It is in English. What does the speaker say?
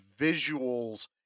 visuals